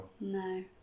no